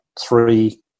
three